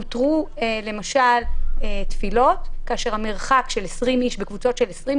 הותרו תפילות בקבוצות של 20,